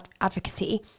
Advocacy